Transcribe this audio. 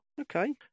Okay